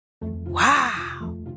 Wow